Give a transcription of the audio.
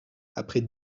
après